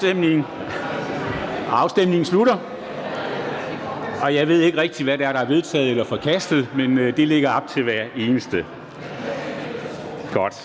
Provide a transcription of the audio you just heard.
Afstemningen slutter. Jeg ved ikke rigtig, hvad det er, der er vedtaget eller forkastet, men det er op til hver enkelt.